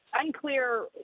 unclear